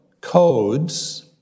codes